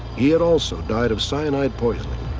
he had also died of cyanide poisoning,